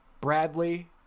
bradley